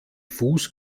fuß